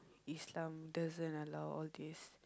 Islam doesn't allow all these